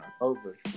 Over